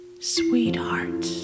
sweetheart